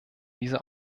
diese